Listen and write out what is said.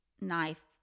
knife